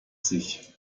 sich